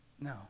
No